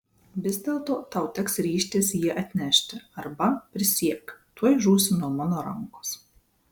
vis dėlto tau teks ryžtis jį atnešti arba prisiekiu tuoj žūsi nuo mano rankos